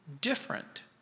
different